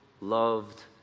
loved